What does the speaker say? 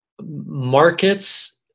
markets